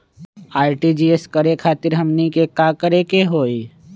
RTGS करे खातीर हमनी के का करे के हो ई?